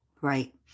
Right